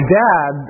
dad